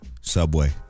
Subway